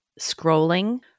scrolling